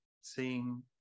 seeing